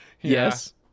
Yes